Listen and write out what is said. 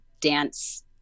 dance